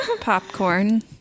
popcorn